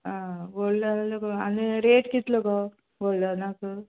आं गोल्डन जालें गो आनी रेट कितलो गो गोल्डनाक